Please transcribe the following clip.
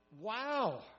wow